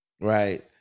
right